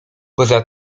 poza